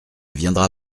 viendra